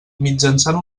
mitjançant